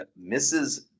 Mrs